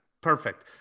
perfect